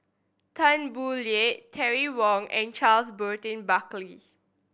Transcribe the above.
Tan Boo Liat Terry Wong and Charles Burton Buckley